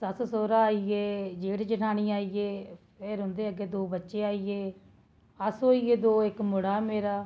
सस्स सौह्रा आइयै जेठ जेठानी आई गे फिर अग्गें उं'दे दो बच्चे आई गे अस होई गे दो इक्क मुड़ा मेरा